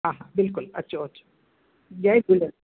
हा हा बिल्कुलु अचो अचो जय झूलेलाल